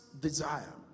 desire